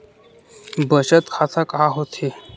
बचत खाता का होथे?